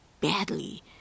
badly